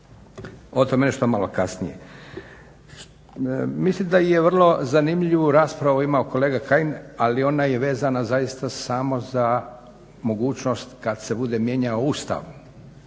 o tome nešto malo kasnije. Mislim da je vrlo zanimljivu raspravu imao kolega Kajin ali ona je vezana zaista samo za mogućnost kada se bude mijenjao Ustav.